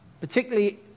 Particularly